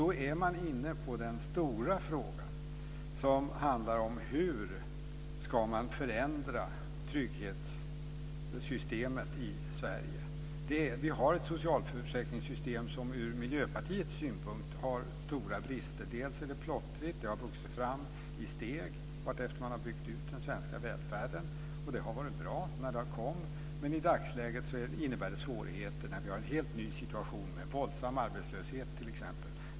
Då är man inne på den stora frågan som handlar om hur man ska förändra trygghetssystemen i Sverige. Vi har ett socialförsäkringssystem som ur Miljöpartiets synpunkt har stora brister. Det är plottrigt. Det har vuxit fram i steg vartefter den svenska välfärden har byggts ut. Och det har varit bra när det har kommit. Men i dagsläget innebär det svårigheter när vi har en helt ny situation med t.ex. våldsam arbetslöshet.